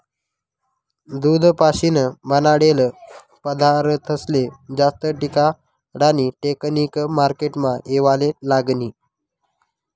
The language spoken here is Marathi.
दूध पाशीन बनाडेल पदारथस्ले जास्त टिकाडानी टेकनिक मार्केटमा येवाले लागनी